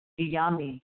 Iyami